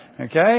Okay